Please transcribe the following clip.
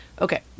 Okay